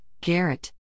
Garrett